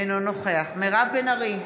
אינו נוכח מירב בן ארי,